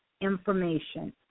information